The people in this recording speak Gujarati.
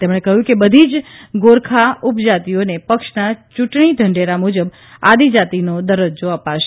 તેમણે કહ્યું કે બધી જ ગોરખા ઉપજાતિઓને પક્ષના ચૂંટણી ઢંઢેરા મુજબ આદિજાતીનો દરજજો અપાશે